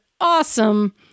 awesome